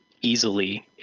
easily